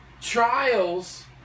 trials